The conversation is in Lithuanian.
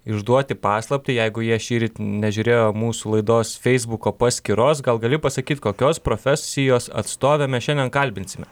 išduoti paslaptį jeigu jie šįryt nežiūrėjo mūsų laidos feisbuko paskyros gal gali pasakyt kokios profesijos atstovę mes šiandien kalbinsime